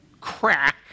crack